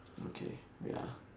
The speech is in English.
okay wait ah